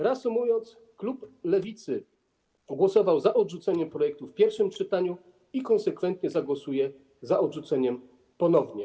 Reasumując, klub Lewicy głosował za odrzuceniem projektu w pierwszym czytaniu i konsekwentnie zagłosuje za odrzuceniem ponownie.